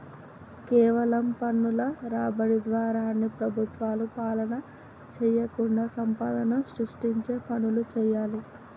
కేవలం పన్నుల రాబడి ద్వారా అన్ని ప్రభుత్వాలు పాలన చేయకుండా సంపదను సృష్టించే పనులు చేయాలి